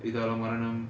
இதால மரணம்:ithaala maranam